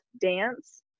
dance